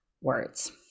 words